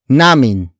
namin